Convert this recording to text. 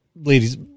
ladies